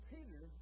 Peter